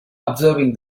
observing